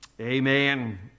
Amen